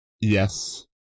yes